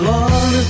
Lord